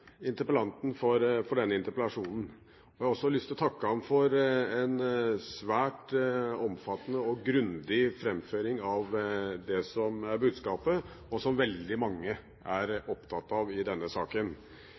interpellanten for denne interpellasjonen. Jeg har også lyst til å takke ham for en svært omfattende og grundig framføring av det som er budskapet, og som veldig mange er opptatt av i denne saken.